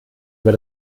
über